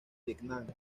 vietnam